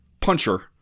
puncher